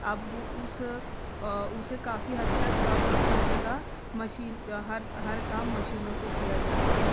اب اس اسے کافی حد تک اب سب جگہ مشین ہر ہر کام مشینوں سے کیا جاتا ہے